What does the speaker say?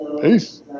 Peace